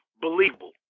believable